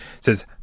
Says